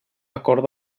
acord